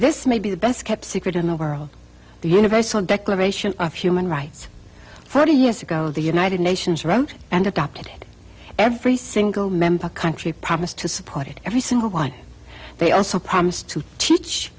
this may be the best kept secret in the world the universal declaration of human rights forty years ago the united nations around and adopted every single member country promised to support it every single one they also promised to teach